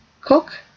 cook